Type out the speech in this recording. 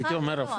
הייתי אומר הפוך.